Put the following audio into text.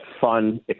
fun